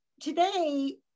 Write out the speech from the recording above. today